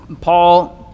Paul